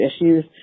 issues